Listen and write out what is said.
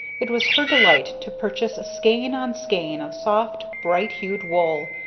it was her delight to purchase skein on skein of soft, bright-hued wool,